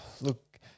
Look